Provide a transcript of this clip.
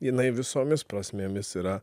jinai visomis prasmėmis yra